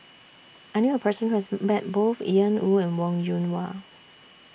I knew A Person Who has Met Both Ian Woo and Wong Yoon Wah